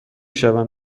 شوم